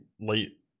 late